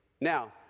Now